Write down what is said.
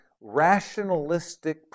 rationalistic